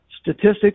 statistics